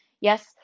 yes